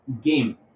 game